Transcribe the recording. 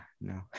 no